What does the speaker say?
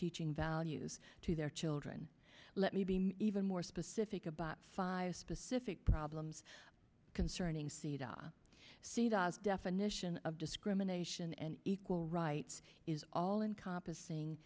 teaching values to their children let me be even more specific about five specific problems concerning sida see the definition of discrimination and equal rights is all encompassing